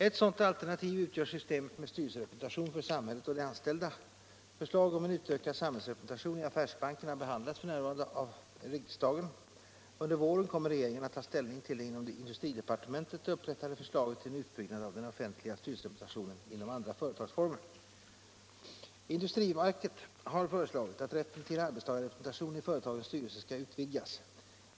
Ett sådant alternativ utgör systemet med styrelserepresentation för samhället och de anställda. Förslag om en utökad samhällsrepresentation i affärsbankerna behandlas f. n. av riksdagen. Under våren kommer regeringen att ta ställning till det inom industridepartementet upprättade förslaget till en utbyggnad av den offentliga styrelserepresentationen inom andra företagsformer. Industriverket har föreslagit att rätten till arbetstagarrepresentation i företagens styrelse skall utvidgas.